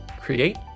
create